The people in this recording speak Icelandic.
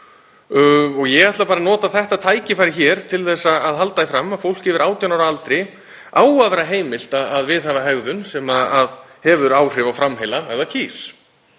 Ég ætla bara að nota þetta tækifæri hér til að halda því fram að fólki yfir 18 ára aldri eigi að vera heimilt að viðhafa hegðun sem hefur áhrif á framheila ef það kýs.